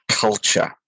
culture